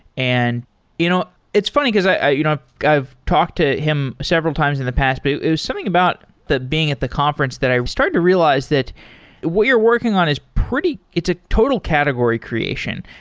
and you know it's funny, because you know i've talked to him several times in the past, but it was something about that being at the conference that i started to realize that what you're working on is pretty it's a total category creation.